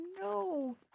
no